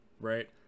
right